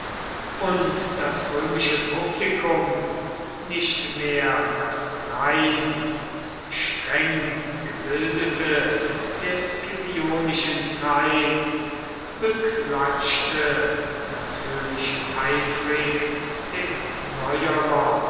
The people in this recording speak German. und das römische publikum nicht mehr das rein und streng gebildete der scipionischen zeit beklatschte natürlich eifrig den neuerer